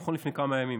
נכון ללפני כמה ימים,